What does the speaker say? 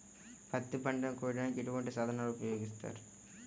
పత్తి పంటను కోయటానికి ఎటువంటి సాధనలు ఉపయోగిస్తారు?